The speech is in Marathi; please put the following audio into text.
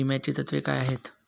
विम्याची तत्वे काय आहेत?